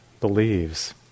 believes